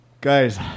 Guys